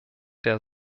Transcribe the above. der